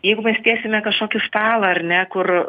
jeigu mes tiesiame kažkokį stalą ar ne kur